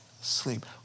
sleep